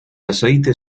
aceite